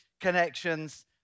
connections